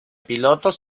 pilotos